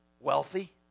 wealthy